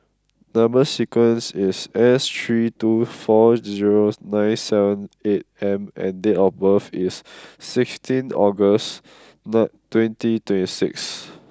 number sequence is S three two four zero nine seven eight M and date of birth is sixteenth August nine twenty twenty six